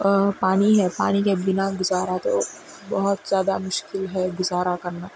پانی ہے پانی کے بنا گزارہ تو بہت زیادہ مشکل ہے گزارہ کرنا